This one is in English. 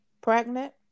pregnant